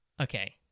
Okay